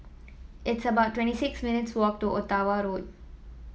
it's about twenty six minutes' walk to Ottawa Road